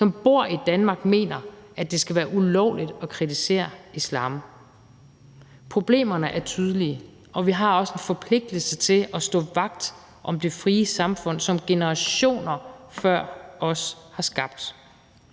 som bor i Danmark, mener, at det skal være ulovligt at kritisere islam. Problemerne er tydelige, og vi har også en forpligtelse til at stå vagt om det frie samfund, som generationer før os har skabt.